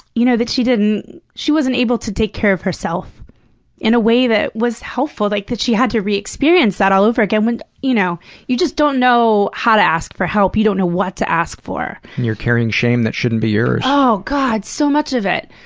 you know that she didn't she wasn't able to take care of herself in a way that was helpful like, that she had to re-experience that all over again. you know you just don't know how to ask for help. you don't know what to ask for. and you're carrying shame that shouldn't be yours. oh god, so much of it!